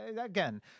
Again